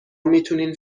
میتونین